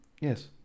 Yes